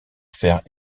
faire